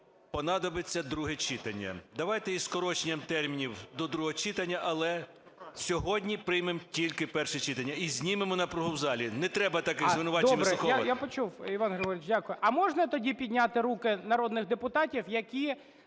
Добре, я почув, Іван Григорович, дякую.